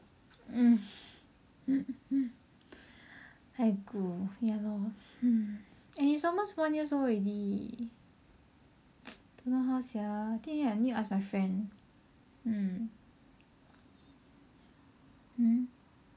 mm aigoo ya lor hmm and he is almost one years old already don't know how sia I think I need to ask my friend hmm hmm